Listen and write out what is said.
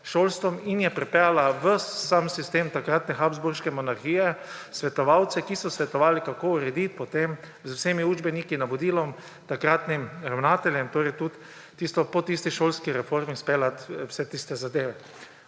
šolstvom, in je pripeljala ves sistem takratne habsburške monarhije, svetovalce, ki so svetovali, kako urediti potem z vsemi učbeniki, navodilom takratnim ravnateljem, torej tudi po tisti šolski reformi izpeljati vse tiste zadeve,